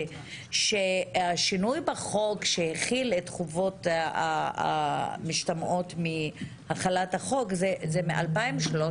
הזה שהשינוי בחוק שהחיל את החובות המשתמעות מהחלת החוק הוא מ-2013.